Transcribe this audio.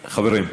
חברים.